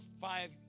five